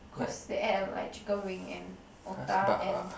cause they add a lot like chicken wing and Otak and